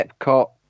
Epcot